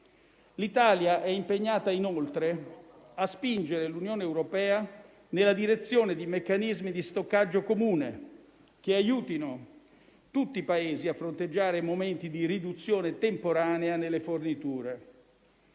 L'Italia è impegnata inoltre a spingere l'Unione europea nella direzione di meccanismi di stoccaggio comune, che aiutino tutti i Paesi a fronteggiare momenti di riduzione temporanea delle forniture.